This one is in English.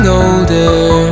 older